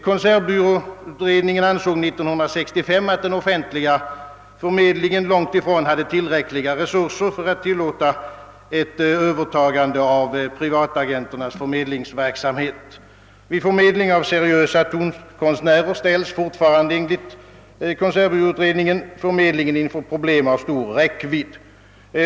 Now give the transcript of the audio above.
Konsertbyråutredningen ansåg år 1965 att den offentliga förmedlingen långt ifrån hade tillräckliga resurser för att tillåta ett övertagande av privatagenternas förmedlingsverksamhet. Vid förmedling av seriösa tonkonstnärer ställes enligt konsertbyråutredningen, förmedlingsorganet inför problem av stor räckvidd.